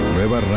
Nueva